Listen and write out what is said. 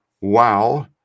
wow